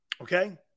okay